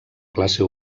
classe